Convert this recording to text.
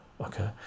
okay